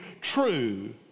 true